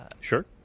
Sure